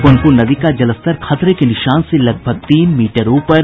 पुनपुन नदी का जलस्तर खतरे के निशान से लगभग तीन मीटर ऊपर